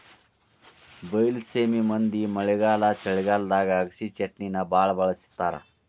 ಬೈಲಸೇಮಿ ಮಂದಿ ಮಳೆಗಾಲ ಚಳಿಗಾಲದಾಗ ಅಗಸಿಚಟ್ನಿನಾ ಬಾಳ ಬಳ್ಸತಾರ